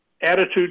attitude